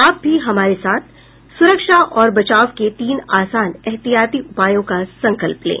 आप भी हमारे साथ सुरक्षा और बचाव के तीन आसान एहतियाती उपायों का संकल्प लें